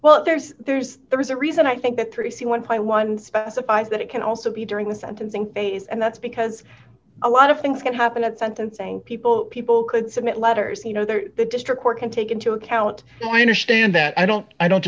well there's there's there's a reason i think that three c one point one specifies that it can also be during the sentencing phase and that's because a lot of things could happen at sentencing people people could submit letters you know that the district court can take into account and i understand that i don't i don't